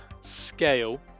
scale